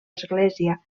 església